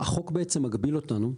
החוק בעצם מגביל אותנו.